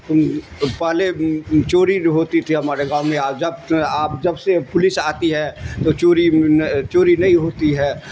پالے چوری ہوتی تھی ہمارے گاؤں میں جب آپ جب سے پولیس آتی ہے تو چوری چوری نہیں ہوتی ہے